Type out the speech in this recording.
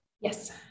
Yes